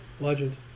legend